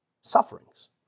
sufferings